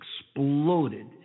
exploded